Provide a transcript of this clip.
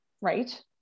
right